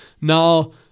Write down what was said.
Now